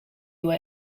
were